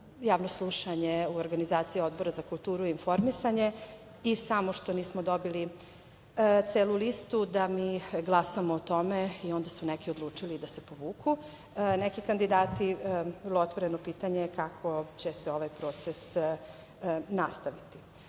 javno slušanje u organizaciji Odbora za kulturu i informisanje i samo što nismo dobili celu listu da mi glasamo o tome i onda su neki odlučili da se povuku. Neki kandidati, vrlo otvoreno pitanje, kako će se ovaj proces nastaviti. Značajno